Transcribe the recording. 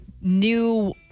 new